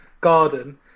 garden